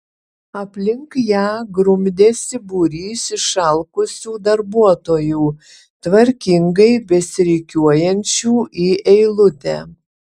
aplink ją grumdėsi būrys išalkusių darbuotojų tvarkingai besirikiuojančių į eilutę